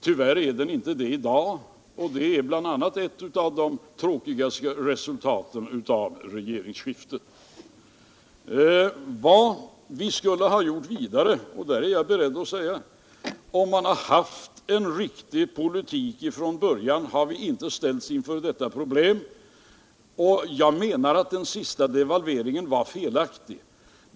Tyvärr är den det inte i dag, vilket är ett av de tråkiga resultaten av regeringsskiftet. Jag är beredd att säga att om man fört en riktig politik från början hade vi inte ställts inför detta problem. Jag menar att den senaste devalveringen var felaktig.